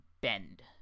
bend